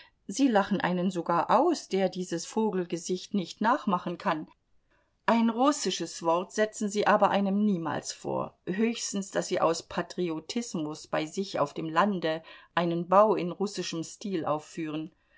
sie lachen einen sogar aus der dieses vogelgesicht nicht nachmachen kann ein russisches wort setzen sie aber einem niemals vor höchstens daß sie aus patriotismus bei sich auf dem lande einen bau in russischem stil aufführen